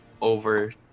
over